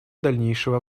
дальнейшего